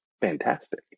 Fantastic